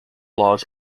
laws